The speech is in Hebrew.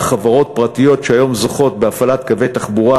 חברות פרטיות שהיום זוכות בהפעלת קווי תחבורה